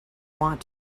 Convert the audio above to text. want